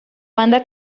banda